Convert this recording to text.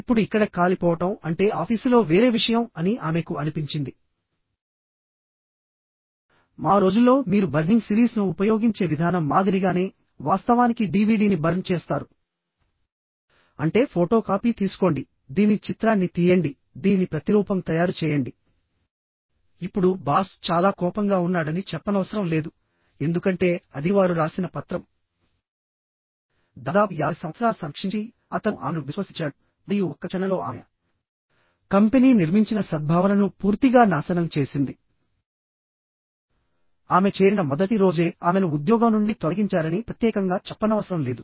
ఇప్పుడు ఇక్కడ కాలిపోవడం అంటే ఆఫీసులో వేరే విషయం అని ఆమెకు అనిపించింది మా రోజుల్లో మీరు బర్నింగ్ సిరీస్ను ఉపయోగించే విధానం మాదిరిగానే వాస్తవానికి DVDని బర్న్ చేస్తారు అంటే ఫోటోకాపీ తీసుకోండి దీని ఆమె చేరిన మొదటి రోజే ఆమెను ఉద్యోగం నుండి తొలగించారని ప్రత్యేకంగా చెప్పనవసరం లేదు